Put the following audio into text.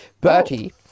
Bertie